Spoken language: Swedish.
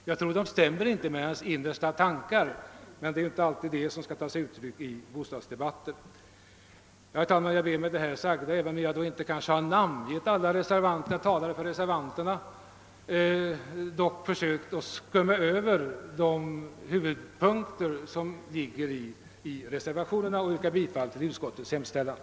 Det stämmer nog inte med hans innersta tankar, låt vara att det ju inte alltid är sådana tankar som skall komma till uttryck i bostadsdebatten. Herr talman! Även om jag inte närmare angivit reservationerna, har jag försökt att skumma över huvudpunkterna i dem. Jag yrkar bifall till utskottets hemställan.